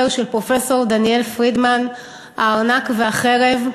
של פרופסור דניאל פרידמן "הארנק והחרב"